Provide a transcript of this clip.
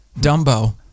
Dumbo